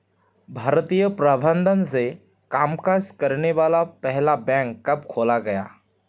भारतीय प्रबंधन से कामकाज करने वाला पहला बैंक कब खोला गया?